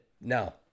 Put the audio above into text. No